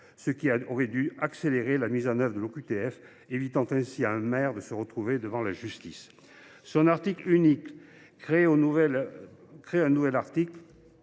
ce qui aurait dû accélérer la mise en œuvre de l’OQTF, évitant ainsi à un maire de se retrouver devant la justice. L’article unique de ce texte crée un nouvel article